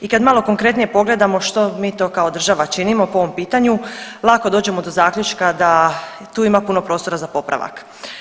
I kad malo konkretnije pogledamo što mi to kao država činimo po ovom pitanju lako dođemo do zaključka da tu ima puno prostora za popravak.